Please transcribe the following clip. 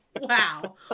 Wow